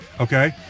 okay